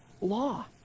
law